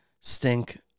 stink